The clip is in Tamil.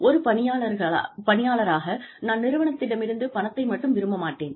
ஒரு பணியாளராக நான் நிறுவனத்திடமிருந்து பணத்தை மட்டும் விரும்ப மாட்டேன்